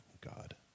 God